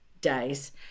days